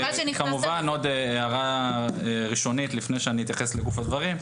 כמובן עוד הערה ראשונית לפני שאני אתייחס לגוף הדברים,